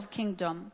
kingdom